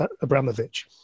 Abramovich